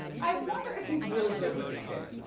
i wonder if he's really good with the kids.